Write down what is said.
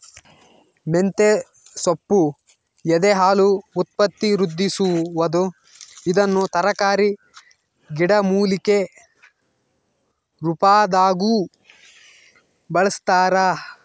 ಮಂತೆಸೊಪ್ಪು ಎದೆಹಾಲು ಉತ್ಪತ್ತಿವೃದ್ಧಿಸುವದು ಇದನ್ನು ತರಕಾರಿ ಗಿಡಮೂಲಿಕೆ ರುಪಾದಾಗೂ ಬಳಸ್ತಾರ